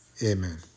Amen